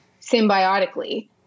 symbiotically